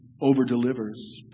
over-delivers